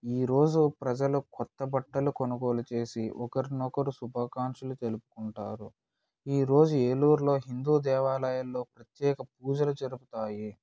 ఈరోజు ప్రజలు కొత్తబట్టలు కొనుగోలు చేసి ఒకరికొకరు శుభాకాంక్షలు తెలుపుకుంటారు ఈరోజు ఏలూరులో హిందూ దేవాలయాలలో ప్రత్యేక పూజలు జరుగుతాయి